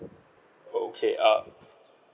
okay err